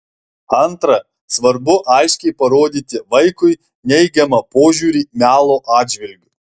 antra svarbu aiškiai parodyti vaikui neigiamą požiūrį melo atžvilgiu